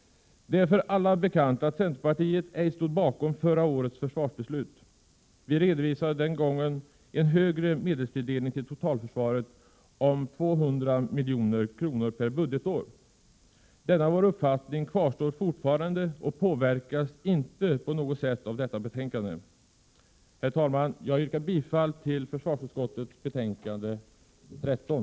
Det är för alla bekant att centerpartiet ej stod bakom förra årets försvarsbeslut. Vi redovisade den gången en högre medelstilldelning till totalförsvaret om 200 milj.kr. per budgetår. Denna vår uppfattning kvarstår och påverkas inte på något sätt av detta betänkande. Herr talman! Jag yrkar bifall till hemställan i försvarsutskottets betänkande 13.